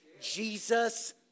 Jesus